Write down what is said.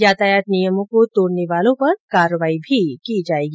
यातायात नियमों को तोडने वालों पर कार्रवाई की जायेगी